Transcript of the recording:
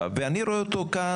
אני מכבד אותך,